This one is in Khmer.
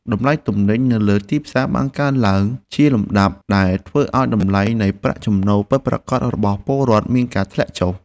តម្លៃទំនិញនៅលើទីផ្សារបានកើនឡើងជាលំដាប់ដែលធ្វើឱ្យតម្លៃនៃប្រាក់ចំណូលពិតប្រាកដរបស់ពលរដ្ឋមានការធ្លាក់ចុះ។